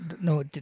no